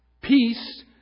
Peace